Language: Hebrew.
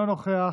אינו נוכח,